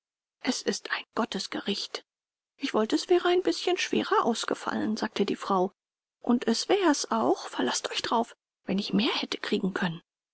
es ist ein gottesgericht ich wollte es wäre ein bißchen schwerer ausgefallen sagte die frau und es wär's auch verlaßt euch drauf wenn ich mehr hätte kriegen können